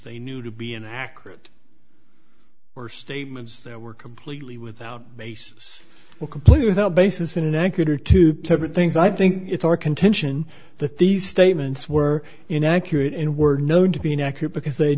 they knew to be inaccurate or statements that were completely without basis or completely without basis in an anchor to separate things i think it's our contention that these statements were inaccurate and were known to be inaccurate because they